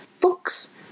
books